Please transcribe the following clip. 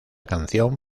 canción